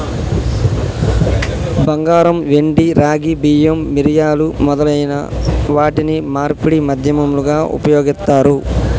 బంగారం, వెండి, రాగి, బియ్యం, మిరియాలు మొదలైన వాటిని మార్పిడి మాధ్యమాలుగా ఉపయోగిత్తారు